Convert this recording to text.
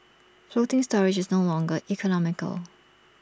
floating storage is no longer economical